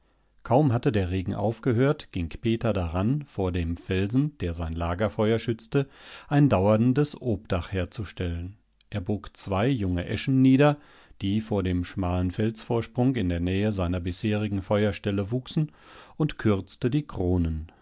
kaum hatte der regen aufgehört ging peter daran vor dem felsen der sein lagerfeuer schützte ein dauerndes obdach herzustellen er bog zwei junge eschen nieder die vor dem schmalen felsvorsprung in der nähe seiner bisherigen feuerstelle wuchsen und kürzte die kronen